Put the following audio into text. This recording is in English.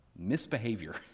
misbehavior